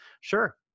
sure